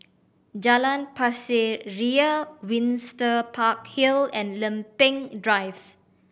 Jalan Pasir Ria Windsor Park Hill and Lempeng Drive